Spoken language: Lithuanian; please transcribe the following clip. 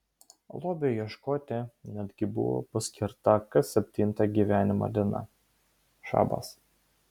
lobiui ieškoti netgi buvo paskirta kas septinta gyvenimo diena šabas